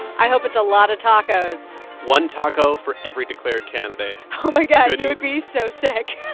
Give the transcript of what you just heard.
i hope it's a lot of tacos one taco for every declared candidate oh, my god. and he would be so sick.